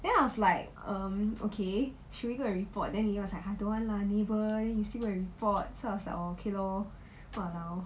then I was like um okay should we got a report then leah was like !huh! don't want lah neighbour then you still go and report so I was like orh okay lor !walao!